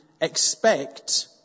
expect